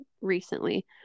recently